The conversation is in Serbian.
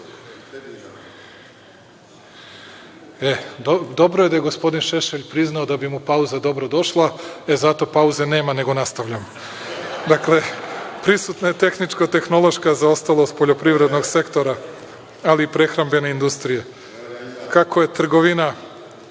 je da je gospodin Šešelj priznao da bi mu pauza dobro došla. E, zato pauze nema, nego nastavljam. Dakle, prisutna je tehničko-tehnološka zaostalost poljoprivrednog sektora, ali i prehrambene industrije. Kako je trgovina